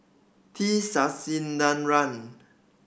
T Sasitharan